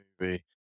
movie